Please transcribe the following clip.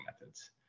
methods